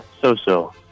So-so